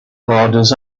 borders